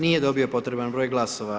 Nije dobio potreban broj glasova.